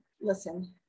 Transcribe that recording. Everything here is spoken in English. listen